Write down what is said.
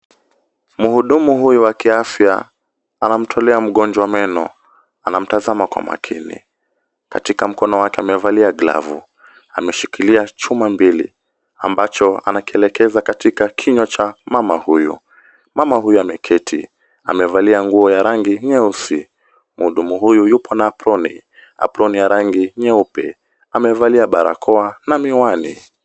Mhudumu huyu wa kiafya anamtolea mgonjwa meno, anamtazama kwa makini. Katika mkono wake amevalia glavu. Ameshikilia chuma mbili ambacho anakielekeza katika kinywa cha mama huyu. Mama huyu ameketi. Amevalia nguo ya rangi nyeusi. Mhudumu huyu yupo na aproni, aproni ya rangi nyeupe. Amevalia barakoa na miwani.